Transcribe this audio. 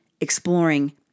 exploring